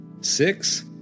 Six